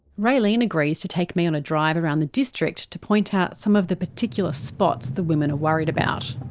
raylene agrees to take me on a drive around the district to point out some of the particular spots the women are worried about.